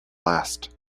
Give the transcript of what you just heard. last